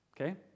Okay